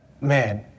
man